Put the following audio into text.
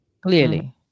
Clearly